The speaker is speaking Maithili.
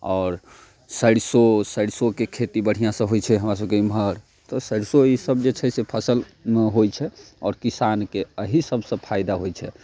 आओर सरसो सरसोके खेती बढ़िआँसँ होयत छै हमरा सबके इमहर तऽ सरसो ई सब जे छै से फसलमे होयत छै आओर किसानके एहि सबसँ फायदा होयत छै